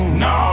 no